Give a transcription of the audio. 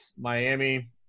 Miami